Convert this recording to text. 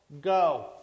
Go